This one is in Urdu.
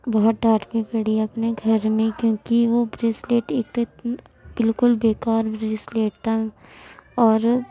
بہت ڈانٹ بھی پڑی اپنے گھر میں کیونکہ وہ بریسلیٹ ایک تو بالکل بیکار بریسلیٹ تھا اور